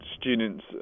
students